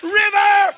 river